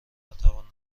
نتواند